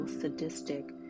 sadistic